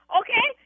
okay